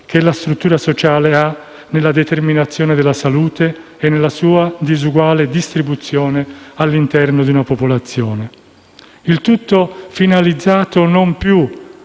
che la struttura sociale ha nella determinazione della salute e nella sua disuguale distribuzione all'interno di una popolazione. Il tutto è finalizzato a